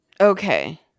Okay